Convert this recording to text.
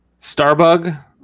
Starbug